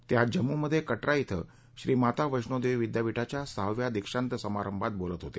ते आज जम्मूमधे कटरा िश्व श्री माता वध्योदेवी विद्यपीठाच्या सहाव्या दीक्षांत समारंभात बोलत होते